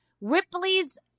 Ripley's